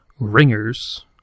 ringers